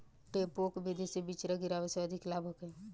डेपोक विधि से बिचरा गिरावे से अधिक लाभ होखे?